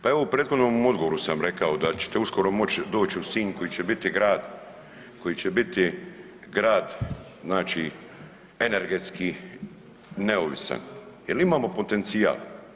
Pa evo u prethodnom odgovoru sam rekao da ćete uskoro moći doći u Sinj koji će biti grad, koji će biti grad znači energetski neovisan jer imamo potencijal.